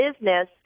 business